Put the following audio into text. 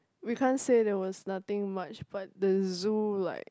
we can't say that there was nothing much but the zoo like